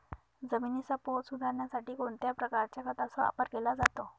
जमिनीचा पोत सुधारण्यासाठी कोणत्या प्रकारच्या खताचा वापर केला जातो?